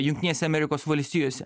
jungtinėse amerikos valstijose